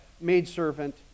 maidservant